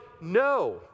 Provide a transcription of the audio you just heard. No